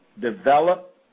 develop